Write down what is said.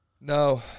no